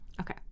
Okay